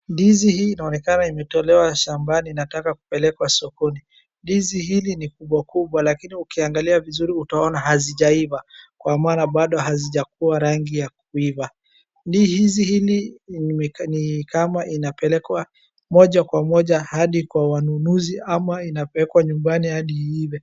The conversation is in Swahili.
Ndizi hii inaonekana imetolewa shambani inataka kupelekwa sokoni, ndizi hili ni kubwa kubwa lakini ukiangalia vizuri utaona hazijaiva kwa maana bado hazijakuwa rangi ya kuiva. Ndizi hili ni kama inapelekwa moja kwa moja hadi kwa wanunuzi ama inapelekwa nyumbani hadi iive.